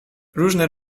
różne